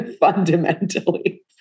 fundamentally